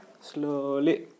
slowly